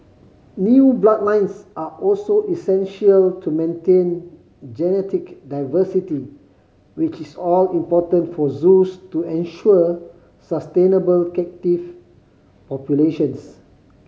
new bloodlines are also essential to maintain genetic diversity which is all important for zoos to ensure sustainable captive populations